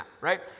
right